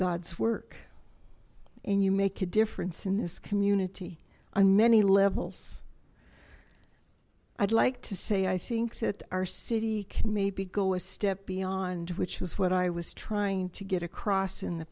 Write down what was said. god's work and you make a difference in this community on many levels i'd like to say i think that our city can maybe go a step beyond which was what i was trying to get across in the